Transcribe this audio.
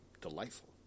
delightful